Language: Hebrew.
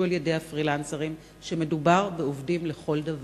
על-ידי הפרילנסרים שמדובר בעובדים לכל דבר.